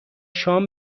شام